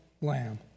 lamb